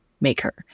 maker